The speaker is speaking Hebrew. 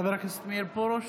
חבר הכנסת מאיר פרוש.